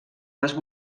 les